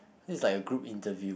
this is like a group interview